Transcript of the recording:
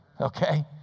Okay